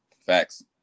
Facts